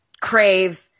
crave